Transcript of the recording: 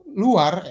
luar